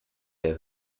der